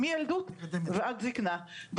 מילדות ועד זקנה,